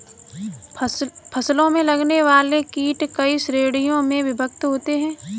फसलों में लगने वाले कीट कई श्रेणियों में विभक्त होते हैं